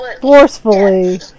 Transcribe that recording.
forcefully